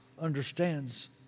Understands